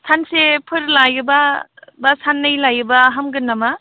सानसेफोर लायोबा बा सान्नै लायोबा हामगोन नामा